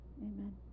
amen